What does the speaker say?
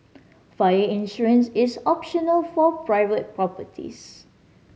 fire insurance is optional for private properties